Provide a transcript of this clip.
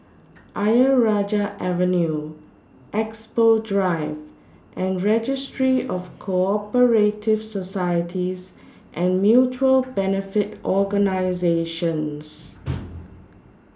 Ayer Rajah Avenue Expo Drive and Registry of Co Operative Societies and Mutual Benefit Organisations